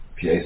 PA